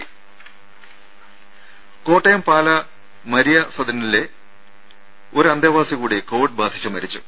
രുര കോട്ടയം പാല മരിയ സദനിലെ ഒരു അന്തേവാസി കൂടി കോവിഡ് ബാധിച്ച് മരിച്ചു